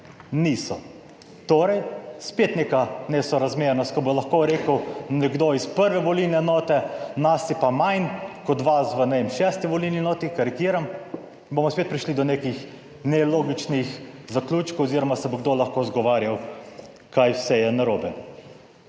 Niso torej spet neka nesorazmernost, ko bo lahko rekel nekdo iz prve volilne enote: nas je pa manj kot vas v, ne vem, šesti volilni enoti, karikiram, bomo spet prišli do nekih nelogičnih zaključkov oziroma se bo kdo lahko izgovarjal kaj vse je narobe.